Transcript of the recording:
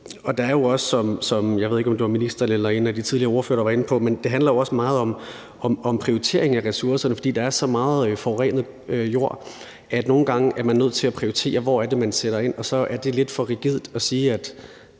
synes vi er fine. Jeg ved ikke, om det var ministeren eller en af de tidligere ordførere, der var inde på det, men det handler jo også meget om prioritering af ressourcerne, fordi der er så meget forurenet jord, at at man nogle gange er nødt til at prioritere, hvor det er, man skal sætte ind. Og så er det lidt for rigidt at sige, at